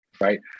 right